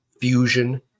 fusion